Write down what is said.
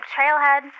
Trailhead